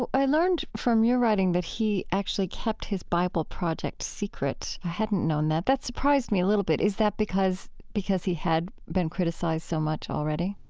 but i learned from your writing that he actually kept his bible project secret. i hadn't known that. that surprised me a little bit. is that because because he had been criticized so much already?